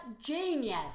genius